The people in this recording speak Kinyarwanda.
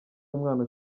umwana